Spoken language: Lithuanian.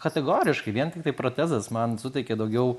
kategoriškai vien tiktai protezas man suteikė daugiau